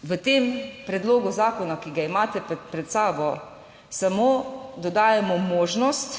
v tem predlogu zakona, ki ga imate pred sabo, samo dodajamo možnost,